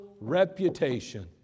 reputation